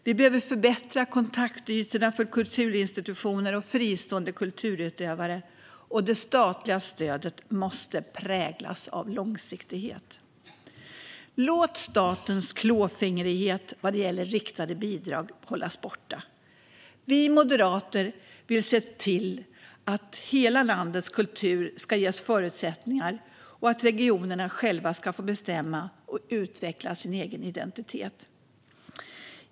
Vi behöver förbättra kontaktytorna för kulturinstitutioner och fristående kulturutövare, och det statliga stödet måste präglas av långsiktighet. Låt statens klåfingrighet vad gäller riktade bidrag hållas borta! Vi moderater vill se till att hela landets kultur ska ges förutsättningar och att regionerna själva ska få bestämma och utveckla sin egen identitet.